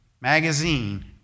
magazine